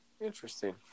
Interesting